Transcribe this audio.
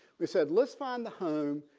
we said let's find the home.